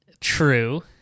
True